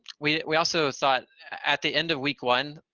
we we also thought, at the end of week one,